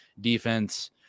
Defense